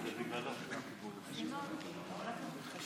תודה רבה.